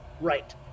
right